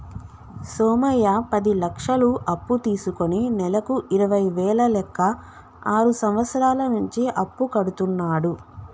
సోమయ్య పది లక్షలు అప్పు తీసుకుని నెలకు ఇరవై వేల లెక్క ఆరు సంవత్సరాల నుంచి అప్పు కడుతున్నాడు